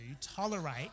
tolerate